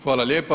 Hvala lijepa.